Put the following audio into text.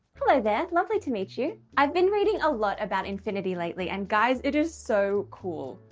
hello there! lovely to meet you. i've been reading a lot about infinity lately and guys it is so cool.